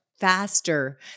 faster